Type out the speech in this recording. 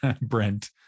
Brent